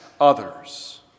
others